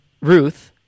Ruth